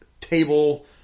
table